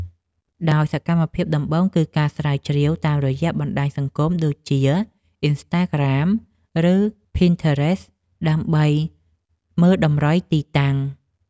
ដោយសកម្មភាពដំបូងគឺការស្រាវជ្រាវតាមរយៈបណ្ដាញសង្គម ដូចជា អុីនស្តាក្រាម ឬ ភីនធឺរេស ដើម្បីមើលតម្រុយទីតាំង។